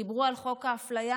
דיברו על חוק אפליה,